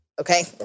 Okay